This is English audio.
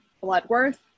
Bloodworth